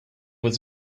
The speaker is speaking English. was